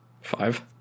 Five